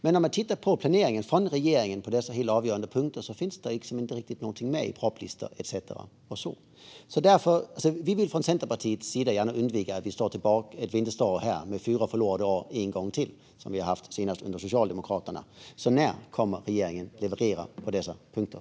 Men när man tittar på planeringen från regeringen på dessa helt avgörande punkter finns det inte med någonting om detta i propositionslistan etcetera. Vi vill från Centerpartiets sida gärna undvika att vi står här med fyra förlorade år en gång till som vi har haft senast under Socialdemokraternas tid. Därför undrar jag: När kommer regeringen att leverera på dessa punkter?